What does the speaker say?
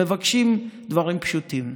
הם מבקשים דברים פשוטים: